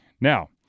Now